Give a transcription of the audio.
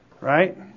Right